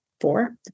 four